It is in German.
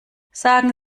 sagen